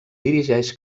dirigeix